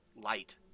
light